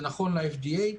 זה נכון ל-FDA,